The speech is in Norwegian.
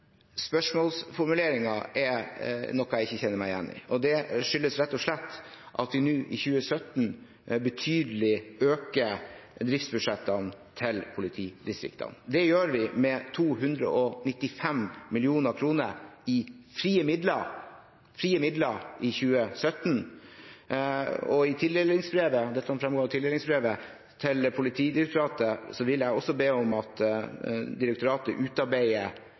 er noe jeg ikke kjenner meg igjen i, og det skyldes, rett og slett, at vi nå i 2017 betydelig øker driftsbudsjettene til politidistriktene. Det gjør vi med 295 mill. kr i frie midler i 2017. I tildelingsbrevet til Politidirektoratet vil jeg også be om at direktoratet utarbeider